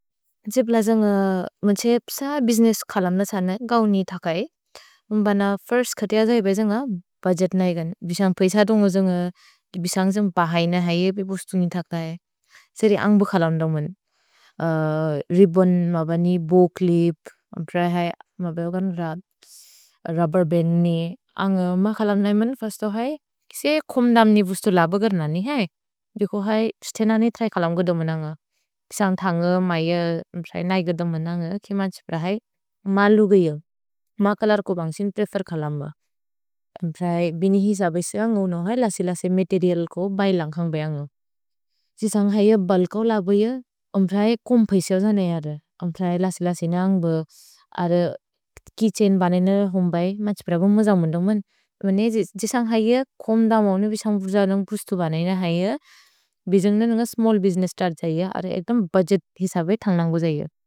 जिब्ल जन्ग् मन् त्से प्स बिज्नेस् खलम् न त्स न गौ नि थकै। म्बन फिर्स्त् खतिअ जै बै जन्ग् अ बजेत् न इगन्। भिसन्ग् पैस दुन्गो जन्ग् बिसन्ग् जन्ग् पहैन है एपे बुस्तु नि थकै। त्सेरि अन्ग्ब खलम् दमोन्। रिब्बोन्, मबनि बोव् च्लिप्, अम्त्र है, मबेव्गन् रुब्स्, रुब्बेर् बन्द् नि। अन्ग म खलम् न इमन् फस्तो है, किसे खुम् दम्नि बुस्तु लबगर् न नि है। देखो है स्तेन नि त्रै खलम्ग दमोन न्ग। पिसन्ग् थन्ग, मय, अम्त्र है, नैगदमन न्ग। किम त्से प्रए है, मलु गय। म खलर्को बन्सिन् त्रैफर् खलम्ब। अम्त्र है, बिनि हिस बेस न्गौनो है, लसि-लसि मतेरिअल् को बै लन्घन्ग् बयन्ग। जिसन्ग् है ए बल्को लब ए, अम्त्र है, कुम् पैस ज न इअद। अम्त्र है, लसि-लसि न अन्ग्ब। अर्र, केय्छैन् बनेन हुम्बै। म त्से प्रए ब म जन्ग्मन्द मन्। मने, जिसन्ग् है ए, कुम् दमोनु पिसन्ग् फुर्ज दुन्ग् बुस्तु बनैन है ए, पिसन्ग्ने न्ग स्मल्ल् बुसिनेस्स् स्तर्त् जये। अर्र, एक्दम् बुद्गेत् हिसबे थन्ग्नन्गो जये।